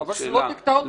אבל שלא תקטע אותי באמצע.